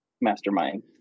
mastermind